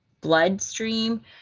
bloodstream